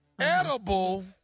edible